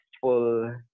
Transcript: full